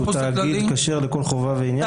שהוא תאגיד כשר לכל חובה ועניין.